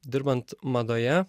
dirbant madoje